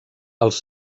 els